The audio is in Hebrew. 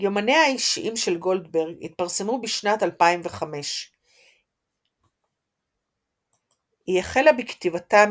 יומניה האישיים של גולדברג התפרסמו בשנת 2005. היא החלה בכתיבתם,